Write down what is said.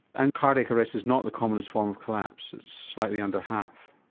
and cardiac arrest is not the commonest form of collapse, it's slightly under half.